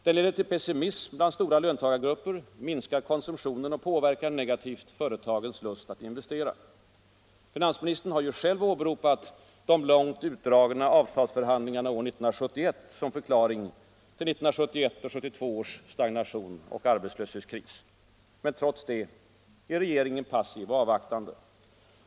Den leder till pessimism bland stora löntagargrupper, minskar konsumtionen och påverkar negativt företagens lust att investera. Finansministern har ju själv åberopat de långt utdragna avtalsförhandlingarna år 1971 som förklaring till 1971 och 1972 års stagnation och arbetslöshetskris. Men trots det är regeringen passiv och avvaktande.